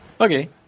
Okay